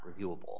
reviewable